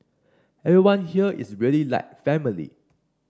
everyone here is really like family